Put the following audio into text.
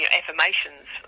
affirmations